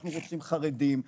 אנחנו רוצים חרדים,